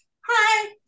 hi